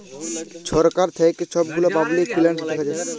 ছরকার থ্যাইকে ছব গুলা পাবলিক ফিল্যাল্স দ্যাখে